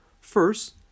First